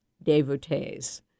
devotees